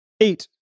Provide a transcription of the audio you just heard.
eight